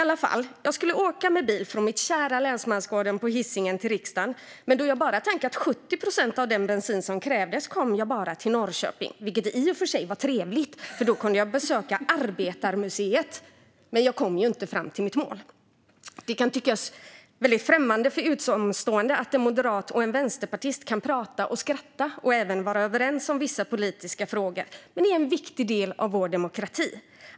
Men jag skulle alltså med bil från mitt kära Länsmansgården på Hisingen till riksdagen, men då jag bara tankat 70 procent av den bensin som krävdes kom jag bara till Norrköping. Det var i och för sig trevligt, för då kunde jag besöka Arbetets museum. Men jag kom ju inte fram till mitt mål. Det kan tyckas väldigt främmande för utomstående att en moderat och en vänsterpartist kan prata och skratta och även vara överens om vissa politiska frågor, men det är en viktig del av vår demokrati.